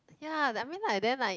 ya I mean like then like